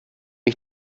ich